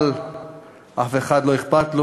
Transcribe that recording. אבל אף אחד לא אכפת לו.